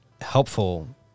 helpful